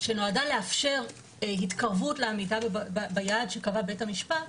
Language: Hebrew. שנועדה לאפשר התקרבות לעמידה ביעד שקבע בית המשפט.